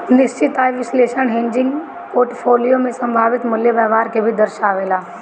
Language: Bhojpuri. निश्चित आय विश्लेषण हेजिंग पोर्टफोलियो में संभावित मूल्य व्यवहार के भी दर्शावेला